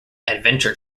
adventure